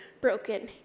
broken